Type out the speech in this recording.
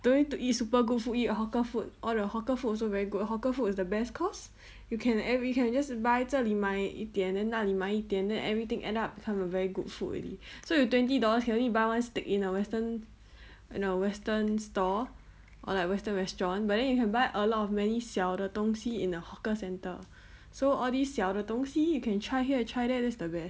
don't need to eat super good food eat hawker food all the hawker food also very good hawker food is the best cause you can add we can just buy 这里买一点 then 那里买一点 then everything add up become a very good food already so you twenty dollars can only buy one steak in a western in a western stall or like western restaurant but then you can buy a lot of many 小的东西 in a hawker centre so all these 小的东西 you can try here try there that's the best